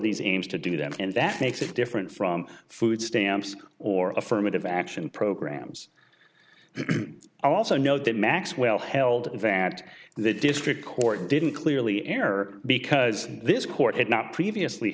these aims to do that and that makes it different from food stamps or affirmative action programs i also know that maxwell held that the district court didn't clearly error because this court had not previously